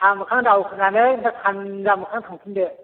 साहा मोखां दावखोनानै ओमफ्राय सानजा मोखां थांफिनदो